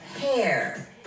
hair